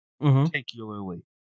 particularly